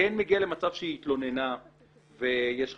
וכן מגיע למצב שהיא התלוננה ויש חקירה,